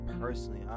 personally